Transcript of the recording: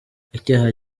icyaha